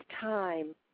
time